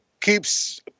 keeps